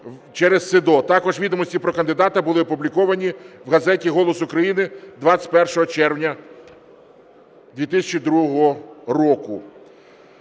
Також відомості про кандидата були опубліковані в газеті "Голос України" 21 червня 2022 року.